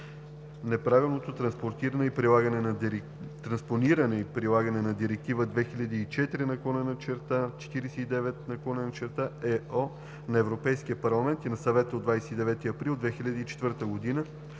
неправилното транспониране и прилагане на Директива 2004/49/ЕО на Европейския парламент и на Съвета от 29 април 2004 година